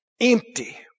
Empty